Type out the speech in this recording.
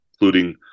including